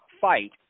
fight